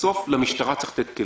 בסוף צריך לתת למשטרה כלים.